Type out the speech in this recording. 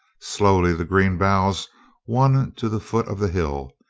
slowly the green boughs won to the foot of the hill,